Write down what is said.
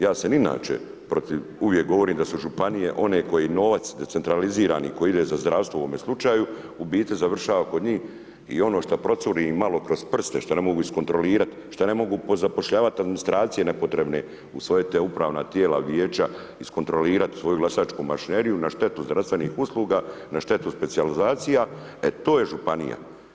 Ja sam inače protiv, uvijek govorim da su županije one koje novac decentralizirani koji ide za zdravstvo u ovome slučaju, u biti završava kod njih i ono što procuri im malo kroz prste, što ne mogu iskontrolirati, što ne mogu pozapošljavati administracije nepotrebne u svoja ta upravna tijela, vijeća, iskontrolirat svoju glasačku mašineriju na štetu zdravstvenih usluga, na štetu specijalizacija, e to je županija.